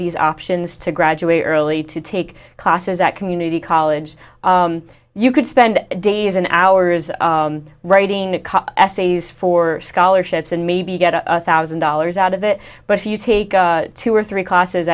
these options to graduate early to take classes at community college you could spend days and hours writing essays for scholarships and maybe get a thousand dollars out of it but if you take two or three classes